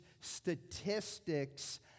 statistics